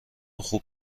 خوب